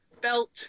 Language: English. belt